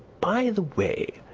by the way,